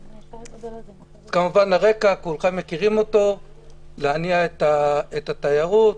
כמובן הרקע כולכם מכירים, זה להניע את התיירות,